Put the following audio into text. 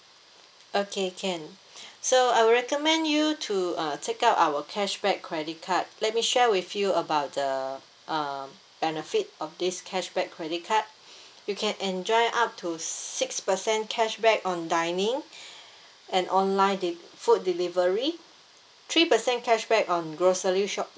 okay can so I would recommend you to uh take up our cashback credit card let me share with you about the uh benefit of this cashback credit card you can enjoy up to six percent cashback on dining and online del~ food delivery three percent cashback on grocery shop